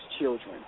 children